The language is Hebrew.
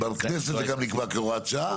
גם בכנסת זה נקבע כהוראת שעה,